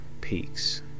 peaks